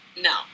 No